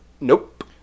Nope